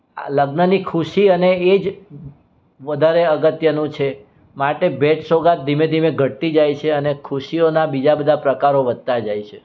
આ લગ્નની ખુશી અને એ જ વધારે અગત્યનું છે માટે ભેટ સોગાદ ધીમે ધીમે ઘટતી જાય છે અને ખુશીઓના બીજા બધા પ્રકારો વધતા જાય છે